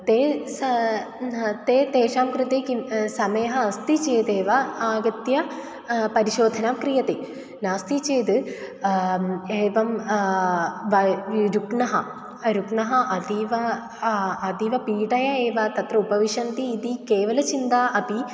ते सा ते तेषां कृते किं समयः अस्ति चेदेव आगत्य परिशोधनं क्रियते नास्ति चेद् एवं रुग्णः रुग्णः अतीव अतीव पीटयः एव तत्र उपविशन्ति इति केवलं चिन्ता अपि